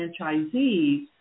franchisees